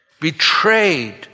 betrayed